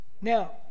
Now